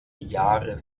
jahre